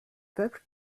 peuple